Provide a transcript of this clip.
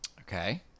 Okay